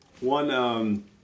one